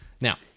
Now